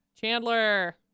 Chandler